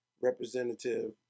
representative